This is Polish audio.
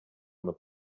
ono